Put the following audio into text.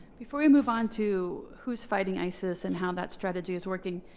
before we move on to who's fighting isis and how that strategy is working,